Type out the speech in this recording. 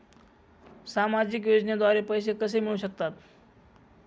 सामाजिक योजनेद्वारे पैसे कसे मिळू शकतात?